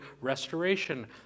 restoration